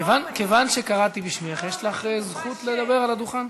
כיוון שקראתי בשמך, יש לך זכות לדבר על הדוכן.